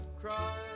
cry